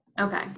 Okay